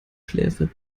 schläfe